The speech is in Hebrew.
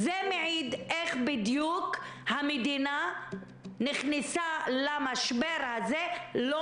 זה מעיד איך בדיוק המדינה נכנסה למשבר הזה לא